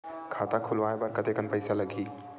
खाता खुलवाय बर कतेकन पईसा लगही?